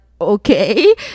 Okay